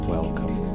Welcome